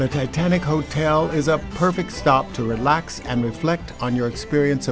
the titanic hotel is a perfect stop to relax and reflect on your experience